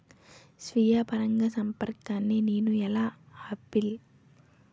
స్వీయ పరాగసంపర్కాన్ని నేను ఎలా ఆపిల్?